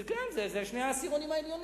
היא לשני העשירונים העליונים,